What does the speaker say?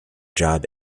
job